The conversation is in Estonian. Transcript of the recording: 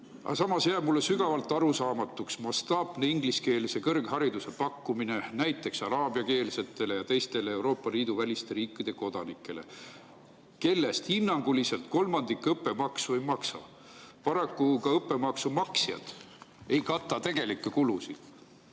samas jääb mulle sügavalt arusaamatuks mastaapne ingliskeelse kõrghariduse pakkumine näiteks araabiakeelsetele ja teistele Euroopa Liidu väliste riikide kodanikele, kellest hinnanguliselt kolmandik õppemaksu ei maksa. Paraku ka õppemaksu maksjad ei kata tegelikke kulusid.